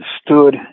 stood